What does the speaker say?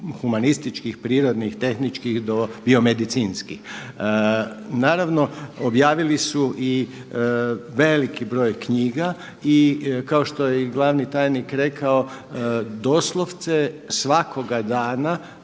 društveno-humanističkih, prirodnih, tehničkih do bio-medicinskih. Naravno objavili su i veliki broj knjiga i kao što je i glavni tajnik rekao doslovce svakoga dana,